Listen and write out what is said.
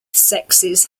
sexes